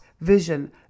vision